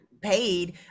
paid